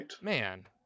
man